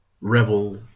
rebel